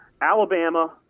Alabama